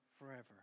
forever